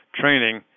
training